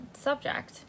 subject